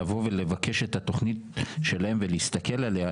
לבוא ולבקש את התוכנית שלהם ולהסתכל עליה.